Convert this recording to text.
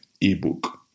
ebook